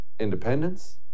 Independence